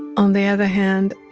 on the other hand,